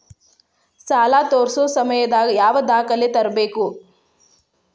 ಸಾಲಾ ತೇರ್ಸೋ ಸಮಯದಾಗ ಯಾವ ದಾಖಲೆ ತರ್ಬೇಕು?